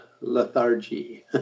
lethargy